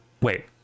wait